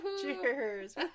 cheers